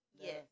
yes